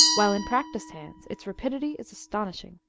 while in practised hands its rapidity is astonishing.